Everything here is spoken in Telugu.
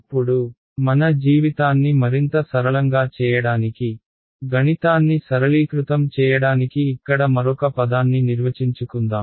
ఇప్పుడు మన జీవితాన్ని మరింత సరళంగా చేయడానికి గణితాన్ని సరళీకృతం చేయడానికి ఇక్కడ మరొక పదాన్ని నిర్వచించుకుందాం